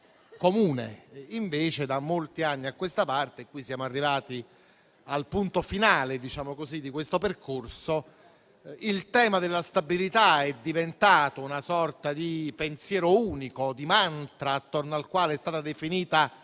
comune. Invece, da molti anni a questa parte, siamo arrivati al punto finale di questo percorso: il tema della stabilità è diventato una sorta di pensiero unico, di mantra attorno al quale è stata definita